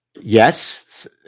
yes